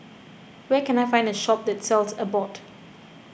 where can I find a shop that sells Abbott